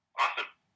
Awesome